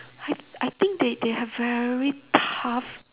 I I think they they have very tough